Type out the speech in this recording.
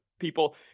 people